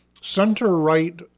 center-right